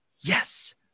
yes